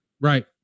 Right